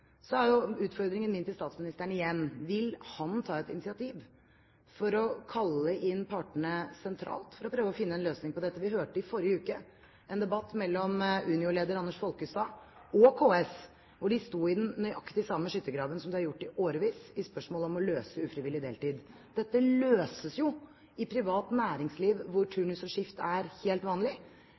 er utfordringen min til statsministeren igjen: Vil han ta et initiativ for å kalle inn partene sentralt for å prøve å finne en løsning på dette? Vi hørte i forrige uke en debatt mellom Unio-leder Anders Folkestad og KS, hvor de sto i nøyaktig den samme skyttergraven som de har gjort i årevis i spørsmålet om å løse ufrivillig deltid. Dette løses jo i privat næringsliv, hvor turnus og skift er helt vanlig.